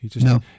No